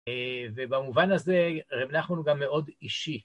ובמובן הזה רב נחמן הוא גם מאוד אישי.